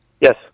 Yes